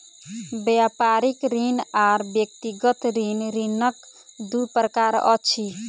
व्यापारिक ऋण आर व्यक्तिगत ऋण, ऋणक दू प्रकार अछि